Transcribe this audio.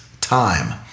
time